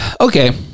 Okay